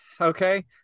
Okay